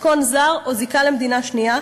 דרכון זר או זיקה למדינה שנייה,